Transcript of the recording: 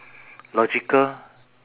logical